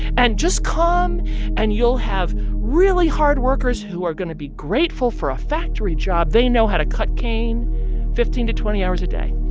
and just come and you'll have really hard workers who are going to be grateful for a factory job. they know how to cut cane fifteen to twenty hours a day,